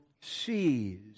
sees